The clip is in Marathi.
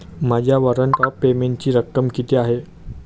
माझ्या वॉरंट ऑफ पेमेंटची रक्कम किती आहे?